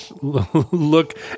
look